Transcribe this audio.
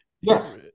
Yes